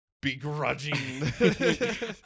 Begrudging